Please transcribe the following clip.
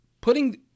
putting